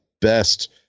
best